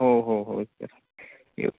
हो हो हो